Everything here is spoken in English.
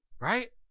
right